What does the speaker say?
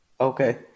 Okay